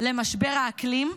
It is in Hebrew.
למשבר האקלים,